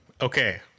Okay